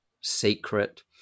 secret